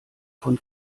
von